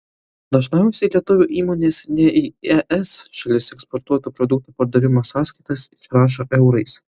dažniausiai lietuvių įmonės ne į es šalis eksportuotų produktų pardavimo sąskaitas išrašo eurais